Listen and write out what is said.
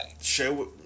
Show